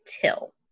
Till